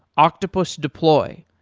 octopus deploy,